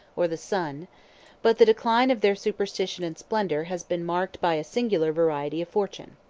or the sun but the decline of their superstition and splendor has been marked by a singular variety of fortune.